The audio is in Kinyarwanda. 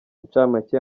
inshamake